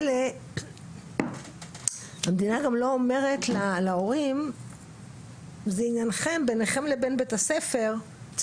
המדינה גם לא תגיד להורים שזה ביניכם לבין בית הספר,